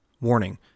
Warning